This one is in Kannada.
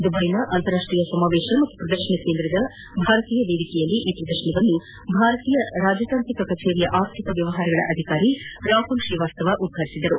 ದುಬೈನ ಅಂತಾರಾಷ್ಷೀಯ ಸಮಾವೇಶ ಹಾಗೂ ಪ್ರದರ್ಶನ ಕೇಂದ್ರದ ಭಾರತೀಯ ವೇದಿಕೆಯಲ್ಲಿ ಈ ಪ್ರದರ್ಶನವನ್ನು ಭಾರತೀಯ ರಾಜತಾಂತ್ರಿಕ ಕಚೇರಿಯ ಆರ್ಥಿಕ ವ್ಯವಹಾರಗಳ ಅಧಿಕಾರಿ ರಾಹುಲ್ ಶ್ರೀ ವಾತ್ಸವ ಉದ್ವಾಟಿಸಿದರು